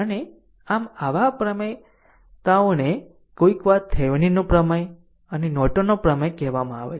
અને આમ આવા પ્રમેયતાઓને કોઈક વાર થેવેનિન નો પ્રમેય અને નોર્ટન ના પ્રમેય કહેવામાં આવે છે